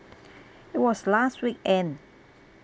it was last weekend